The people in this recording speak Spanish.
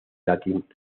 latín